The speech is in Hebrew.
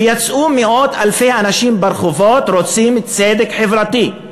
ויצאו מאות-אלפי אנשים לרחובות: רוצים צדק חברתי.